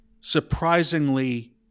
surprisingly